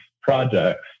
projects